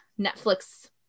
Netflix